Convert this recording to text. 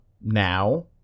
now